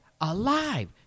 alive